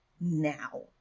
now